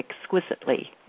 Exquisitely